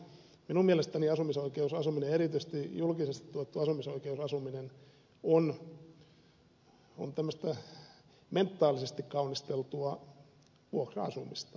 minun mielestäni asumisoikeusasuminen erityisesti julkisesti tuettu asumisoikeusasuminen on tämmöistä mentaalisesti kaunisteltua vuokra asumista